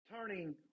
turning